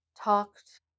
talked